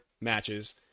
matches